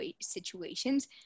situations